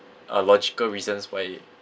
uh logical reasons why